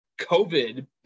COVID